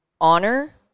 honor